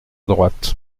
droite